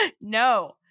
No